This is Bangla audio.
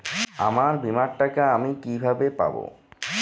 আমার বীমার টাকা আমি কিভাবে পাবো?